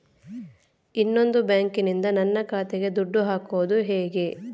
ಇನ್ನೊಂದು ಬ್ಯಾಂಕಿನಿಂದ ನನ್ನ ಖಾತೆಗೆ ದುಡ್ಡು ಹಾಕೋದು ಹೇಗೆ?